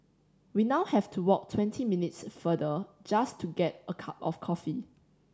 we now have to walk twenty minutes farther just to get a cup of coffee